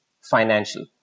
financial